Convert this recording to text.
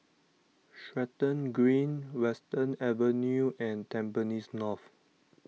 Stratton Green Western Avenue and Tampines North